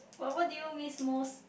what what do you miss most